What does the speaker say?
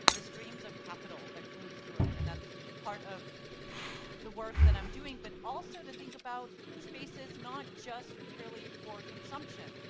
the streams of capital that moves through it, and that's part of the work that i'm doing, but also to think about spaces not just purely for consumption,